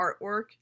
artwork